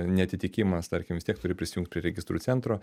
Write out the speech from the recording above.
neatitikimas tarkim vis tiek turi prisijungt prie registrų centro